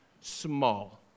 small